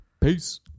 peace